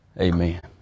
Amen